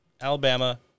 Alabama